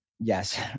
Yes